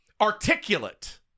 articulate